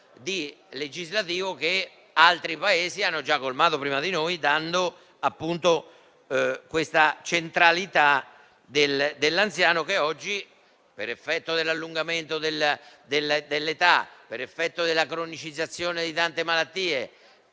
legislativo che altri Paesi hanno già colmato prima di noi, dando, appunto, centralità all'anziano poiché oggi, per effetto dell'allungamento della prospettiva di vita, della cronicizzazione di tante malattie